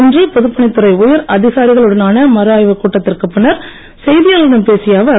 இன்று பொதுப்பணித் துறை உயர் அதிகாரிகளுடனான மறுஆய்வுக் கூட்டத்திற்குப் பின்னர் செய்தியாளர்களிடம் பேசிய அவர்